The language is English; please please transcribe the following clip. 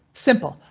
simple,